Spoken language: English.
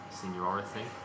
seniority